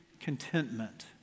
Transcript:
contentment